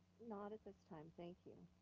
not at this time, thank you.